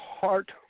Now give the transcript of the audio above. heart